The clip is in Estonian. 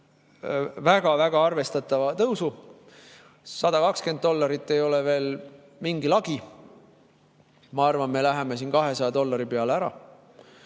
väga-väga arvestatava tõusu. 120 dollarit ei ole veel mingi lagi. Ma arvan, me läheme 200 dollari peale ära.